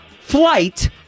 flight